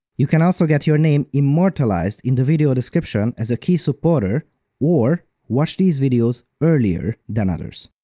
you can also get your name immortalized in the video description as a key supporter or watch these videos earlier than others.